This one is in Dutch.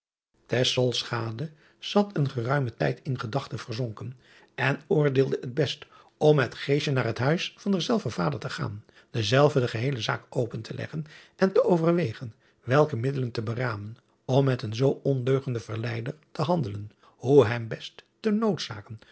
zat een geruimen tijd in gedachten verzonken en oordeelde het best om met naar het huis van derzelver vader te gaan denzelven de geheele zaak open te leggen en te overwegen welke middelen te beramen om met een zoo ondeugenden verleider te handelen hoe hem best te noodzaken